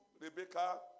Rebecca